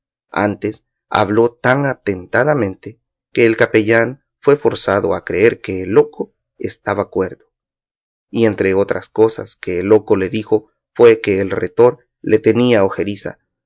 antes habló tan atentadamente que el capellán fue forzado a creer que el loco estaba cuerdo y entre otras cosas que el loco le dijo fue que el retor le tenía ojeriza